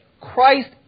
Christ